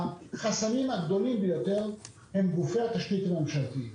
החסמים הגדולים ביותר הם גופי התשתית הממשלתיים.